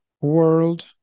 world